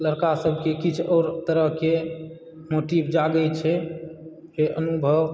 लड़का सभकेँ किछु आओर तरहकेँ मोटिव जागैत छै के अनुभव